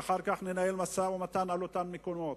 שאחר כך ננהל משא-ומתן על אותם מקומות.